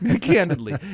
candidly